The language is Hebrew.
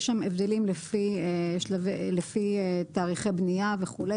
יש שם הבדלים לפי תאריכי בנייה וכו',